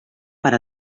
per